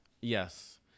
Yes